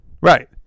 Right